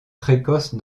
précoce